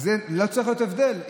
אז לא צריך להיות הבדל.